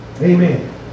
Amen